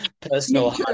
personal